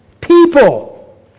people